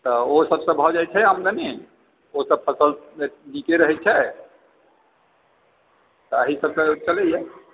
तऽ ओहो सब सऽ भऽ जाइ छै आमदनी ओसभ फसल नीके रहै छै तऽ एही सबसॅं चलैया